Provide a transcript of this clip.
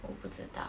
我不知道